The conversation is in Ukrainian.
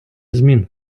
змін